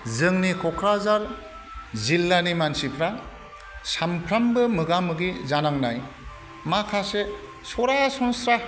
जोंनि क'क्राझार जिल्लानि मानसिफोरा सानफ्रामबो मोगा मोगि जानांनाय माखासे सरासनस्रा